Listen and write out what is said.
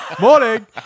Morning